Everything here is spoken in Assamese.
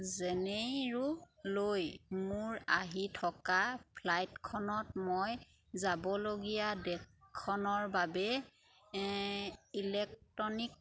জেনেইৰোলৈ মোৰ আহি থকা ফ্লাইটখনত মই যাবলগীয়া দেশখনৰ বাবে ইলেক্ট্ৰনিক